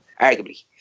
arguably